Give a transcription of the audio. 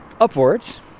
upwards